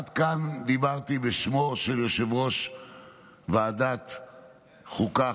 עד כאן דיברתי בשמו של יושב-ראש ועדת החוקה,